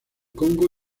congo